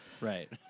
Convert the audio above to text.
Right